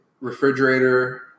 refrigerator